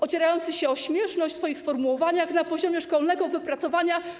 Ociera się on o śmieszność w swoich sformułowaniach na poziomie szkolnego wypracowania.